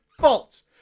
fault